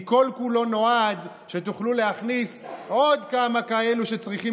כי כל-כולו נועד שתוכלו להכניס עוד כמה כאלה שצריכים